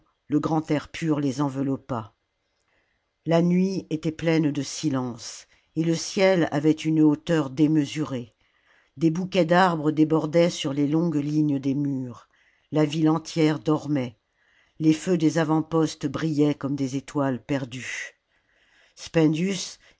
le grand air pur les enveloppa la nuit était pleine de silence et le ciel avait une hauteur démesurée des bouquets d'arbres débordaient sur les longues lignes des murs la ville entière dormait les feux des avant-postes brillaient comme des étoiles perdues spendius